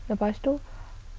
lepas tu